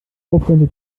aufhören